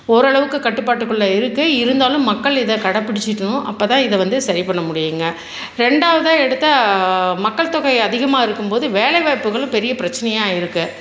ஓரளவுக்கு கட்டுப்பாட்டுக்குள்ளே இருக்குது இருந்தாலும் மக்கள் இதை கடைப்பிடிச்சிட்னும் அப்போ தான் இதை வந்து சரி பண்ண முடியுங்க ரெண்டாவதாக எடுத்தால் மக்கள் தொகை அதிகமாக இருக்கும் போது வேலைவாய்ப்புகளும் பெரிய பிரச்சனையாக இருக்குது